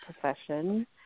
profession